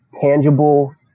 tangible